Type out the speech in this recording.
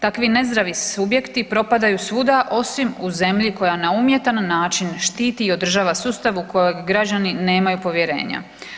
Takvi nezdravi subjekti propadaju svuda osim u zemlji koja na umjetan način štiti i održava sustav u kojeg građani nemaju povjerenja.